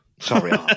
Sorry